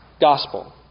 Gospel